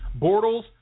Bortles